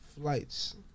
flights